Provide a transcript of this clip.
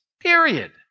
period